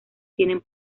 tienen